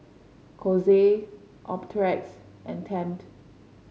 Kose Optrex and Tempt